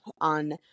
on